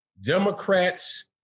Democrats